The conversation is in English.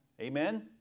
Amen